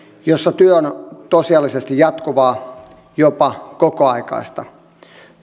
jossa työ on tosiasiallisesti jatkuvaa jopa kokoaikaista